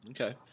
Okay